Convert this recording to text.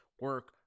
Work